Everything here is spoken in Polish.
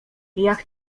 jak